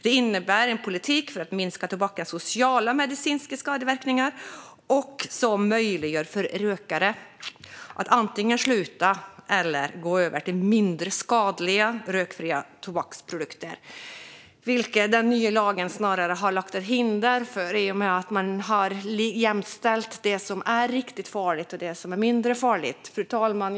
Det innebär en politik för att minska tobakens sociala och medicinska skadeverkningar och som möjliggör för rökare att antingen sluta eller gå över till mindre skadliga rökfria tobaksprodukter. Detta har den nya lagen snarare lagt ett hinder för i och med att man har jämställt det som är riktigt farligt med det som är mindre farligt. Fru talman!